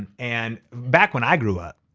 and and back when i grew up,